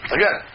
Again